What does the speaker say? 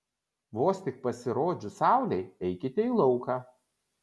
vos tik pasirodžius saulei eikite į lauką